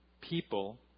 people